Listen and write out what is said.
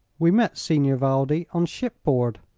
we met signor valdi on shipboard,